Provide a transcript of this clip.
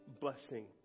blessing